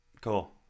Cool